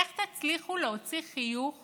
איך תצליחו להוציא חיוך